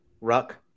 ruck